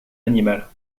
animales